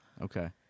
Okay